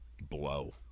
Blow